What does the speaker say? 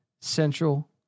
central